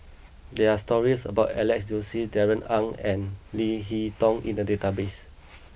there are stories about Alex Josey Darrell Ang and Leo Hee Tong in the database